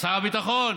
שר הביטחון.